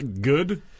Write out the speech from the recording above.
good